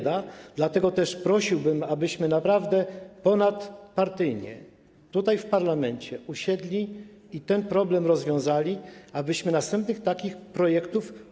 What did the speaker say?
Dlatego też prosiłbym, abyśmy naprawdę ponadpartyjnie tutaj, w parlamencie, usiedli i ten problem rozwiązali, abyśmy nie musieli omawiać następnych takich projektów.